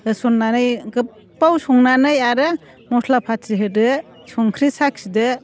होसननानै गोबाव संनानै आरो मस्ला फाथि होदो संख्रि साखिदो